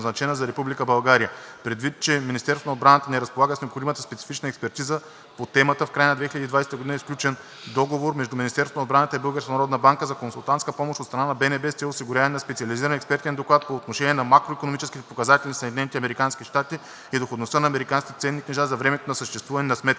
Предвид факта, че Министерството на отбраната не разполага с необходимата специфична експертиза по темата, в края на 2020 г. е сключен договор между Министерството на отбраната и Българската народна банка за консултантска помощ от страна на БНБ с цел осигуряване на специализиран експертен доклад по отношение на макроикономическите показатели на Съединените американски щати и доходността на американските ценни книжа за времето на съществуване на сметката.